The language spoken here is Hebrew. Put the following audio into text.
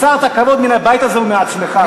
הסרת כבוד מהבית הזה ומעצמך.